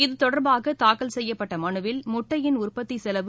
இத்தொடர்பாகதாக்கல் செய்யப்பட்டமனுவில் முட்டையின் உற்பத்திசெலவு